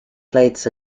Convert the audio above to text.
plates